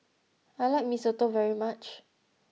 I like Mee Soto very much